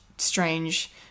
Strange